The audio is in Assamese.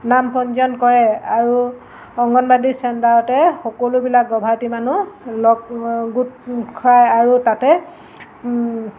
নাম পঞ্জীয়ন কৰে আৰু অংগনবাদী চেণ্টাৰতে সকলোবিলাক গৰ্ভৱতী মানুহ লগ গোট খুৱায় আৰু তাতে